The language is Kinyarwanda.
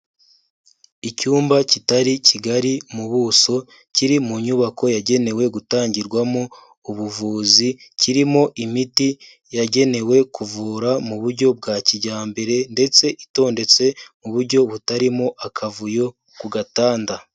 Icyumba kitari kigari mu buso kiri mu nyubako yagenewe gutangirwamo ubuvuzi, kirimo imiti yagenewe kuvura mu buryo bwa kijyambere ndetse itondetse mu buryo butarimo akavuyo ku gatanda.